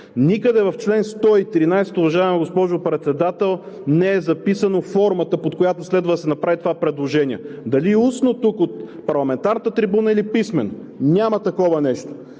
Никъде в чл. 113, уважаема госпожо Председател, не е записана формата, под която следва да се направи това предложение: дали устно тук от парламентарната трибуна или писмено. Няма такова нещо.